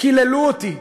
קיללו אותי,